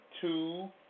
two